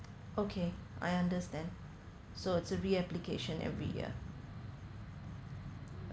okay I understand so it's a reapplication every year